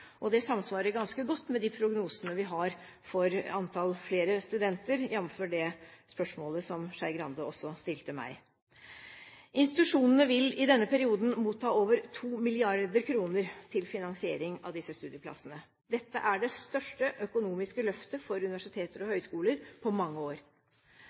Det samsvarer ganske godt med de prognosene vi har for antall flere studenter, jf. det spørsmålet som Skei Grande også stilte meg. Institusjonene vil i denne perioden motta over 2 mrd. kr til finansiering av disse studieplassene. Dette er det største økonomiske løftet for universiteter og høyskoler på mange år.